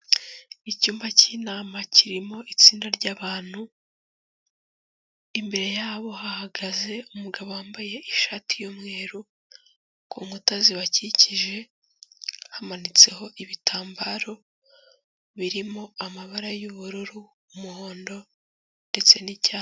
Icyumba cy'inama kirimo itsinda ry'abantu, imbere yabo hahagaze umugabo wambaye ishati y'umweru, ku nkuta zibakikije hamanitseho ibitambaro birimo amabara y'ubururu, umuhondo ndetse n'icyatsi.